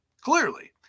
clearly